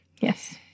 Yes